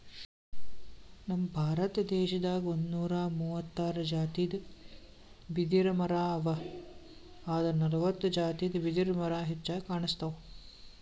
ನಮ್ ಭಾರತ ದೇಶದಾಗ್ ಒಂದ್ನೂರಾ ಮೂವತ್ತಾರ್ ಜಾತಿದ್ ಬಿದಿರಮರಾ ಅವಾ ಆದ್ರ್ ನಲ್ವತ್ತ್ ಜಾತಿದ್ ಬಿದಿರ್ಮರಾ ಹೆಚ್ಚಾಗ್ ಕಾಣ್ಸ್ತವ್